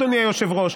אדוני היושב-ראש,